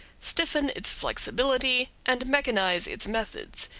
stiffen its flexibility and mechanize its methods.